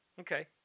Okay